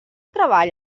treball